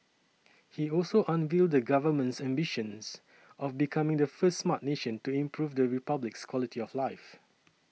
he also unveiled the Government's ambitions of becoming the first Smart Nation to improve the Republic's quality of life